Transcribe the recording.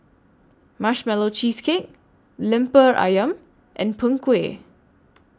Marshmallow Cheesecake Lemper Ayam and Png Kueh